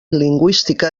lingüística